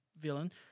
villain